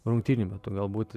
rungtynių metu galbūt